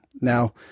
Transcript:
Now